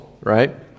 right